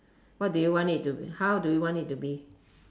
what do you want it to how do you want it to be